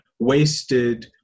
wasted